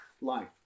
Life